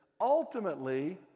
ultimately